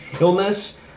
illness